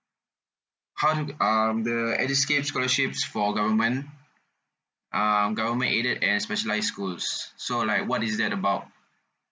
how um the edusave scholarships for government um government aided and specialised schools so like what is that about